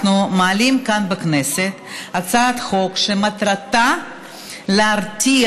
אנחנו מעלים כאן בכנסת הצעת חוק שמטרתה להרתיע